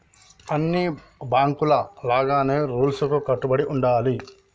అన్ని బాంకుల లాగానే రూల్స్ కు కట్టుబడి ఉండాలి